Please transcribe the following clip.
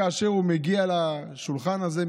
כאשר הוא מגיע לשולחן הזה,